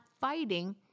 fighting